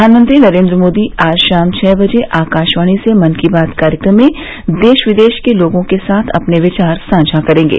प्रधानमंत्री नरेन्द्र मोदी आज शाम छ बजे आकाशवाणी से मन की बात कार्यक्रम में देश विदेश के लोगों के साथ अपने विचार साझा करेंगे